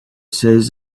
says